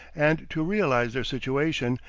and to realize their situation,